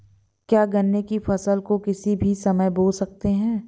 क्या गन्ने की फसल को किसी भी समय बो सकते हैं?